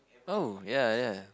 oh ya ya